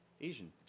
Asian